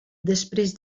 després